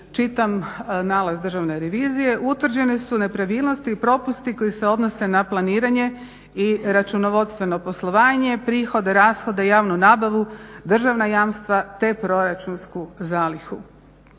čitam nalaz Državne revizije, utvrđene su nepravilnosti i propusti koji se odnose na planiranje i računovodstveno poslovanje, prihode i rashode, javnu nabavu, državna jamstva te proračunsku zalihu.